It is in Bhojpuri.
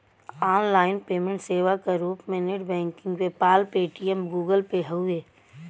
ऑनलाइन पेमेंट सेवा क रूप में net banking PayPal, Paytm, Google Pay हउवे